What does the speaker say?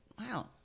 wow